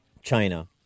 China